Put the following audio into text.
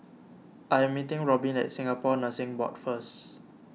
I'm meeting Robbin at Singapore Nursing Board first